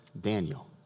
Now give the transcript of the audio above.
Daniel